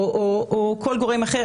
או כל גורם אחר.